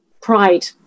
pride